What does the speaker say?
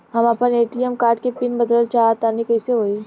हम आपन ATM card के पीन बदलल चाहऽ तनि कइसे होई?